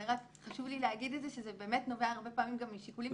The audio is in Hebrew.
חשוב לי לומר שזה באמת נובע הרבה פעמים משיקולים תקציביים.